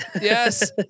Yes